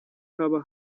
haba